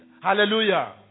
Hallelujah